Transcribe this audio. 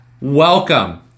Welcome